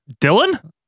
Dylan